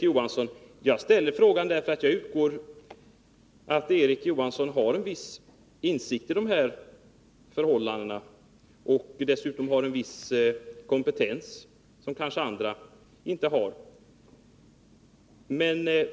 Jag ställde frågan till Erik Johansson därför att jag utgick från att han har en viss insikt i de här förhållandena, och dessutom en viss kompetens som kanske andra inte har.